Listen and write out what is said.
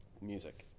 Music